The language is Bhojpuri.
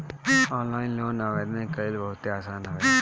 ऑनलाइन लोन आवेदन कईल बहुते आसान हवे